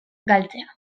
galtzea